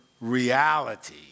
reality